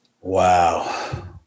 Wow